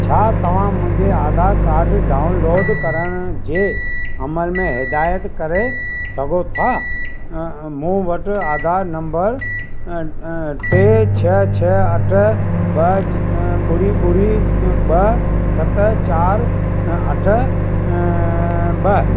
छा तव्हां मुंहिंजे आधार कार्ड डाऊनलोड करण जे अमल में हिदायतु करे सघो था मूं वटि आधार नंबर टे छह छ्ह अठ ॿ ज ॿुड़ी ॿुड़ी ॿ सत चार अठ ॿ